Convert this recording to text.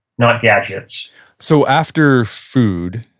not gadgets so after food,